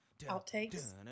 outtakes